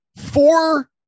four